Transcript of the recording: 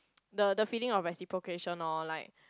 the the feeling of reciprocation lor like